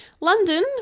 london